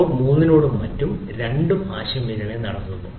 cloud 3 നോട് മറ്റു രണ്ടും ആശയവിനിമയം നടത്തുന്നു